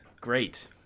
Great